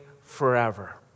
forever